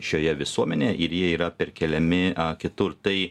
šioje visuomenėje ir jie yra perkeliami kitur tai